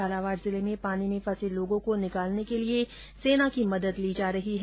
झालावाड़ जिले में पानी में फंसे लोगों को निकालने के लिए सेना की मदद ली जा रही है